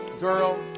girl